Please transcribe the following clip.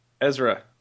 Ezra